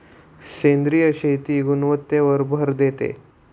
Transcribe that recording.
सेंद्रिय शेती गुणवत्तेवर भर देते